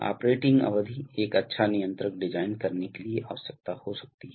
operating अवधि एक अच्छा नियंत्रक डिजाइन करने के लिए आवश्यकता हो सकती है